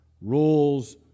rules